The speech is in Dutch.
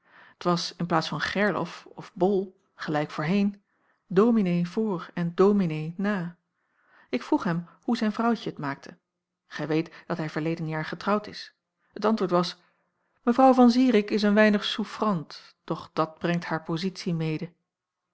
t was in plaats van gerlof of bol gelijk voorheen dominee voor en dominee na ik vroeg hem hoe zijn vrouwtje t maakte gij weet dat hij verleden jaar getrouwd is t antwoord was mevrouw van zirik is een weinig souffrant doch dat brengt haar pozitie mede